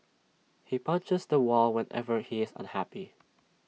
he punches the wall whenever he is unhappy